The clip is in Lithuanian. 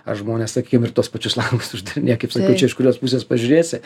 ar žmonės sakykim ir tuos pačius langus uždarinėja kaip sakyt čia iš kurios pusės pažiūrėsi